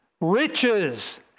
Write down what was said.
riches